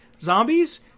Zombies